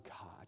God